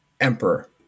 emperor